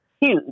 huge